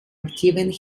aktiven